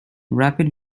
rapid